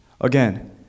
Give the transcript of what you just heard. Again